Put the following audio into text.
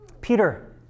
Peter